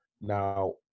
Now